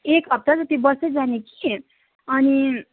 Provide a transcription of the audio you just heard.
एक हप्ता जति बसेर जाने कि अनि